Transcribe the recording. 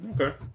Okay